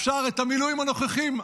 אפשר את המילואים הנוכחיים,